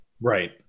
Right